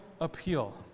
appeal